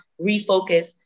refocus